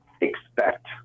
expect